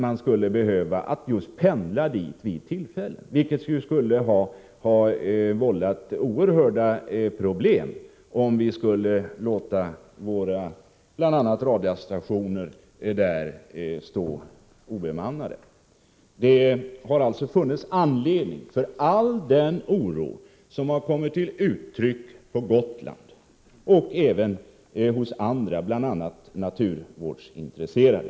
Man skulle pendla dit vid tillfälle. Det skulle vålla oerhörda problem om vi skulle låta exempelvis våra radarstationer stå obemannade. Det har funnits anledning till all den oro som har kommit till uttryck på Gotland och även från annat håll, bl.a. från naturvårdsintresserade.